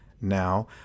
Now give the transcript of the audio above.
now